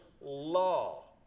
law